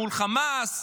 מול חמאס.